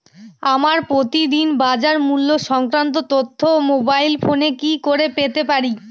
আমরা প্রতিদিন বাজার মূল্য সংক্রান্ত তথ্য মোবাইল ফোনে কি করে পেতে পারি?